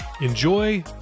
Enjoy